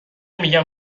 میگن